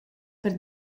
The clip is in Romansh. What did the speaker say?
per